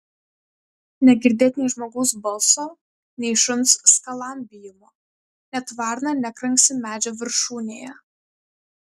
negirdėt nei žmogaus balso nei šuns skalambijimo net varna nekranksi medžio viršūnėje